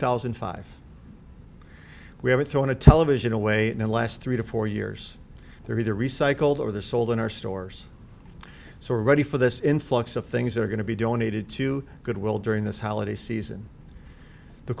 thousand and five we haven't thrown a television away in the last three to four years they're either recycled or the sold in our stores so we're ready for this influx of things that are going to be donated to goodwill during this holiday season the